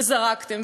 וזרקתם.